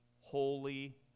holy